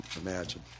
imagine